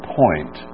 point